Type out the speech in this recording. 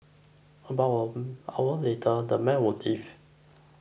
about an hour later the men would leave